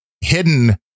hidden